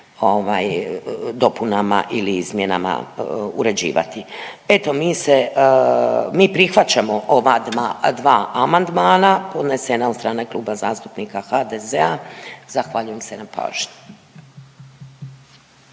dopunama ili izmjenama uređivati. Eto, mi se, mi prihvaćamo ova dva amandmana, podnesena od strane Kluba zastupnika HDZ-a, zahvaljujem se na pažnji.